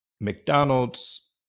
McDonald's